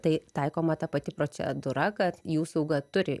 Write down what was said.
tai taikoma ta pati procedūra kad jų sauga turi